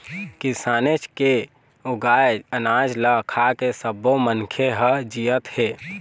किसानेच के उगाए अनाज ल खाके सब्बो मनखे ह जियत हे